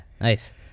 nice